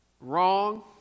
Wrong